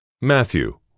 Matthew